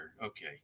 Okay